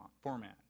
format